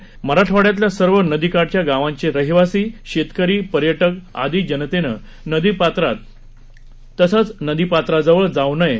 त्यामुळे मराठवाड्यातल्या सर्व नदीकाठच्या गावांचे रहिवासी शेतकरी पर्यटक आदी जनतेनं नदीपात्रात तसंच नदीपात्राजवळ जाऊ नये